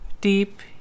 deep